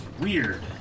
weird